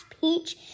Peach